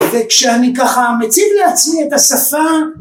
וכשאני ככה מציב לעצמי את השפה